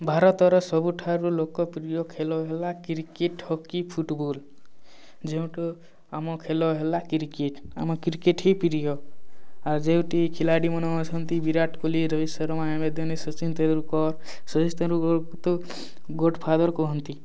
ଭାରତ ର ସବୁଠାରୁ ଲୋକପ୍ରିୟ ଖେଳ ହେଲା କ୍ରିକେଟ୍ ହକି ଫୁଟବଲ୍ ଯୋଉଠୁ ଆମ ଖେଳ ହେଲା କ୍ରିକେଟ୍ ଆମ କ୍ରିକେଟ୍ ହିଁ ପ୍ରିୟ ଆଉ ଯୋଉଠି ଖିଲାଡ଼ି ମାନେ ଅଛନ୍ତି ବିରାଟ କୋହଲି ରୋହିତ ଶର୍ମା ଏମ୍ଏସ୍ ଧୋନି ସଚିନ ତେନ୍ଦୁଲକର୍ ସଚିନ ତେନ୍ଦୁଲକର୍ କୁ ତ ଗଡ଼୍ ଫାଦର୍ କୁହନ୍ତି